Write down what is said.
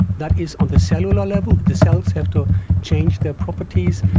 that is on the cellular level the cells have to change their properties,